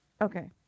Okay